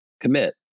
commit